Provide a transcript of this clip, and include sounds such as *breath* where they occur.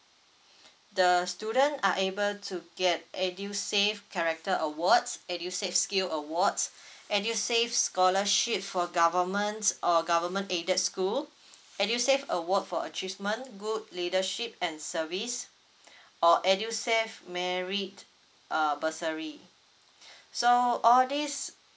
*breath* the student are able to get edusave character awards edusave skill awards *breath* edusave scholarship for governments or government aided school *breath* edusave award for achievement good leadership and service *breath* or edusave merit uh bursary *breath* so all these